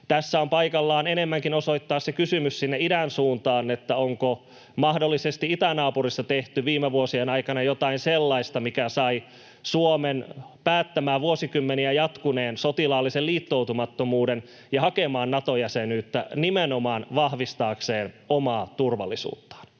tässä on paikallaan enemmänkin osoittaa se kysymys sinne idän suuntaan, että onko mahdollisesti itänaapurissa tehty viime vuosien aikana jotain sellaista, mikä sai Suomen päättämään vuosikymmeniä jatkuneen sotilaallisen liittoutumattomuuden ja hakemaan Nato-jäsenyyttä nimenomaan vahvistaakseen omaa turvallisuuttaan.